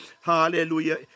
hallelujah